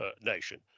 nation